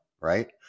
right